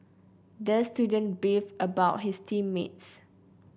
the student beefed about his team mates